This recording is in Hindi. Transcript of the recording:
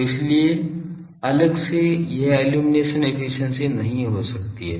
तो इसीलिए अलग से यह इल्लुमिनेशन एफिशिएंसी नहीं हो सकती है